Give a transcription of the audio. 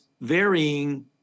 varying